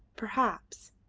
perhaps,